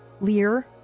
Lear